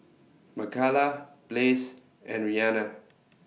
Makala Blaze and Rhianna